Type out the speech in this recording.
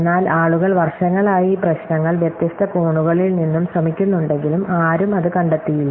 എന്നാൽ ആളുകൾ വർഷങ്ങളായി ഈ പ്രശ്നങ്ങൾ വ്യത്യസ്ത കോണുകളിൽ നിന്നും ശ്രമിക്കുന്നുണ്ടെങ്കിലും ആരും അത് കണ്ടെത്തിയില്ല